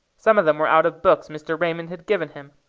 some of them were out of books mr. raymond had given him.